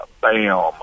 bam